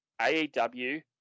AEW